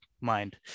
mind